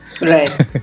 right